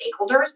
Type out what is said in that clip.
stakeholders